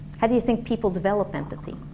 how do you think people develop empathy?